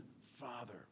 Father